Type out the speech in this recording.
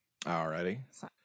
Alrighty